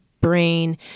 brain